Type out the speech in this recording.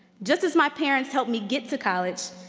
just as my parents helped me get to college,